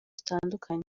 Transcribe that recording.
zitandukanye